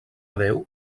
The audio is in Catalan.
déu